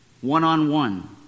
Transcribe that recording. one-on-one